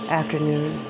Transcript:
afternoon